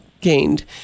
gained